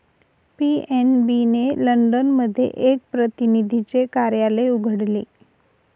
PNB ने London मध्ये एक प्रतिनिधीचे कार्यालय उघडले